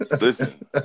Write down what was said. Listen